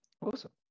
Awesome